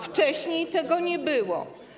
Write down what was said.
Wcześniej tego nie było.